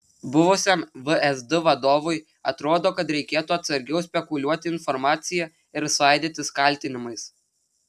buvusiam vsd vadovui atrodo kad reikėtų atsargiau spekuliuoti informacija ir svaidytis kaltinimais